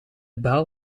bel